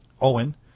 Owen